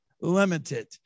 limited